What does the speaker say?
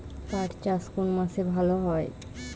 পাট চাষ কোন মাসে ভালো হয়?